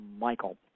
Michael